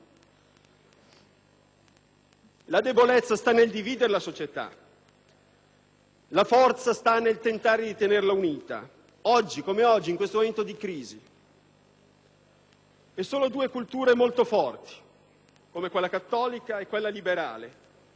La debolezza sta nel dividere la società; la forza sta nel tentare di tenerla unita, oggi come oggi, in questo momento di crisi. E solo due culture molto forti, con quella cattolica e quella liberale,